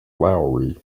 lowery